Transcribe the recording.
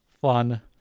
fun